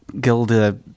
Gilda